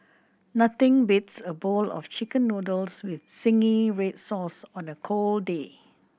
nothing beats a bowl of Chicken Noodles with zingy red sauce on a cold day